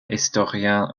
historien